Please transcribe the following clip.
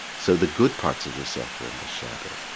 so the good parts of yourself are in the shadow.